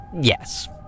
Yes